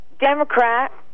Democrat